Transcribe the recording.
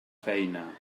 feina